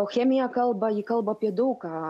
o chemija kalba ji kalba apie daug ką